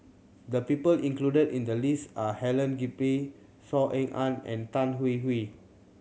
the people included in the list are Helen Gilbey Saw Ean Ang and Tan Hwee Hwee